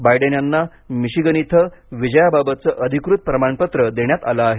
Biden यांना Michigan इथं विजयाबाबतचं अधिकृत प्रमाणपत्र देण्यात आलं आहे